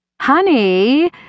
honey